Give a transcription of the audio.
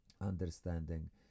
understanding